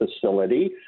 facility